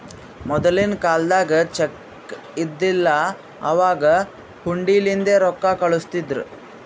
ಮೊದಲಿನ ಕಾಲ್ದಾಗ ಚೆಕ್ ಇದ್ದಿದಿಲ್ಲ, ಅವಾಗ್ ಹುಂಡಿಲಿಂದೇ ರೊಕ್ಕಾ ಕಳುಸ್ತಿರು